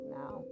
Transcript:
now